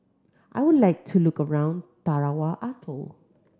I would like to look around Tarawa Atoll